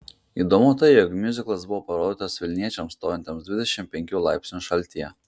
įdomu tai jog miuziklas buvo parodytas vilniečiams stovintiems dvidešimt penkių laipsnių šaltyje